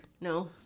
No